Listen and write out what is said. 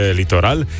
litoral